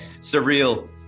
surreal